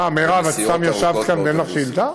מה, מרב, את סתם ישבת כאן ואין לך שאילתה?